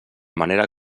manera